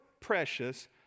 precious